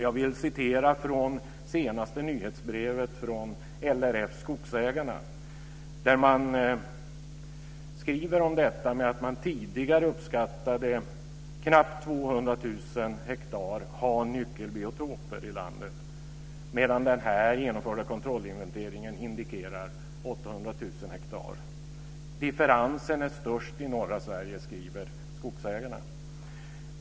Jag vill citera från det senaste nyhetsbrevet från LRF Skogsägarna, där man skriver om detta att det tidigare uppskattades att det fanns nyckelbiotoper på knappt 200 000 hektar i landet, medan den genomförda kontrollinventeringen indikerar att det är 800 000 hektar. Differensen är störst i norra Sverige, skriver Skogsägarna.